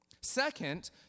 Second